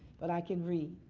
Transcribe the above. but i can read.